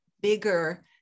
bigger